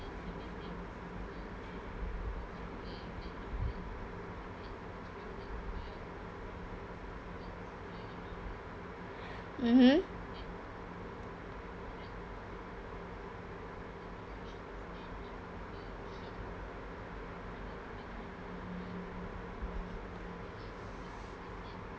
mmhmm